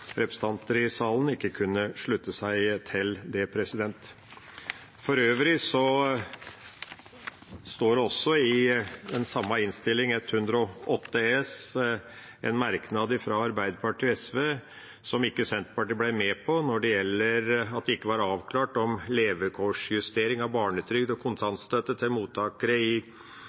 representanter i salen ikke kunne slutte seg til det. For øvrig står det også i den samme innstillinga, 108 S, en merknad fra Arbeiderpartiet og SV som Senterpartiet ikke ble med på, om at det ikke var «avklart om levekårsjustering av barnetrygd og kontantstøtte til mottakere i